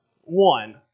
one